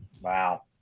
wow